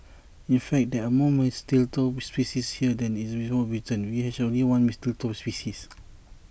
in fact there are more mistletoe species here than in the whole of Britain which has only one mistletoe species